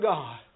God